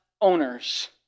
owners